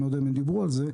אני לא יודע אם דיברו על זה,